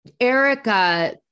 Erica